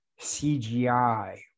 cgi